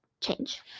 Change